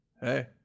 Hey